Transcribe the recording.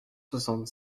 soixante